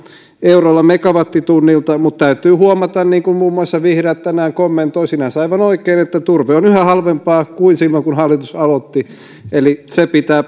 eurolla megawattitunnilta mutta täytyy huomata niin kuin muun muassa vihreät tänään kommentoivat sinänsä aivan oikein että turve on yhä halvempaa kuin silloin kun hallitus aloitti eli se pitää